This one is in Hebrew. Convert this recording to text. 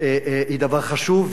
היא דבר חשוב.